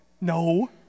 No